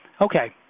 okay